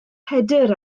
pedr